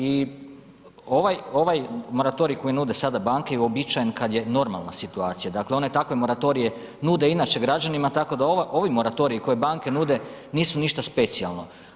I ovaj moratorij koji nude sada banke je uobičajen kada je normalna situacija, dakle one takve moratorije nude inače građanima tako da ovi moratoriji koji banke nude nisu ništa specijalno.